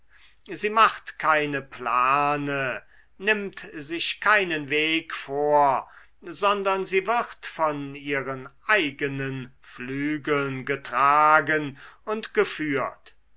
sie macht keine plane nimmt sich keinen weg vor sondern sie wird von ihren eigenen flügeln getragen und geführt